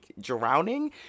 drowning